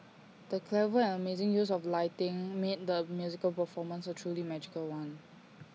the clever and amazing use of lighting made the musical performance A truly magical one